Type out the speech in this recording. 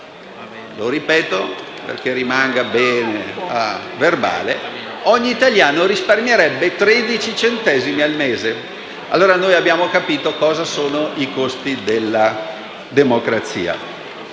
Lo ripeto perché rimanga agli atti: ogni italiano risparmierebbe 13 centesimi al mese. Allora abbiamo capito cosa sono i costi della democrazia.